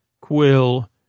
quill